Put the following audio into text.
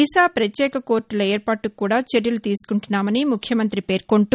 దిశ పత్యేక కోర్టల ఏర్పాటుకు కూడా చర్యలు తీసుకుంటున్నామని ముఖ్యమంతి పేర్కొంటూ